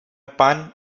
pan